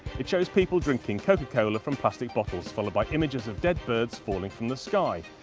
it shows people drinking coca cola from plastic bottles followed by images of dead birds falling from the sky,